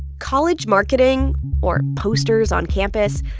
college marketing or posters on campus,